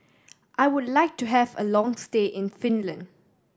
I would like to have a long stay in Finland